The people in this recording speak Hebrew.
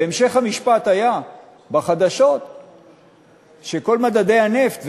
אך המשך המשפט בחדשות היה שכל מדדי הנפט,